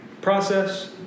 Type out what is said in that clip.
process